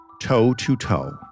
toe-to-toe